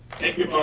thank you.